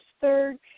third